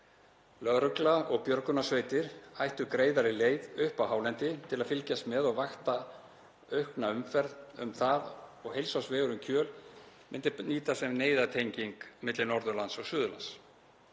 Lögregla og björgunarsveitir ættu greiðari leið upp á hálendi til að fylgjast með og vakta aukna umferð um það og heilsársvegur um Kjöl myndi nýtast sem neyðartenging milli Norðurlands og Suðurlands.